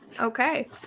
Okay